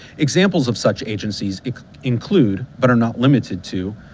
examples of such agencies include, but are not limited to,